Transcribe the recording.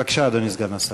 בבקשה, אדוני סגן השר.